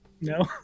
no